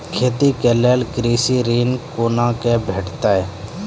खेती के लेल कृषि ऋण कुना के भेंटते?